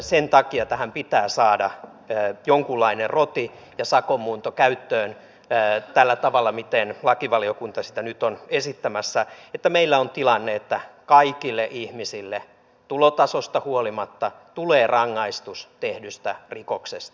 sen takia tähän pitää saada jonkunlainen roti ja sakon muunto käyttöön tällä tavalla miten lakivaliokunta sitä nyt on esittämässä että meillä on tilanne että kaikille ihmisille tulotasosta huolimatta tulee rangaistus tehdystä rikoksesta